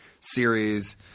series